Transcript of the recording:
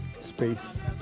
space